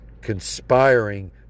conspiring